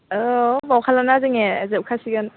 औ बावखालाना जोङो जोबखासिगोन